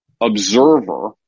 observer